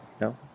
no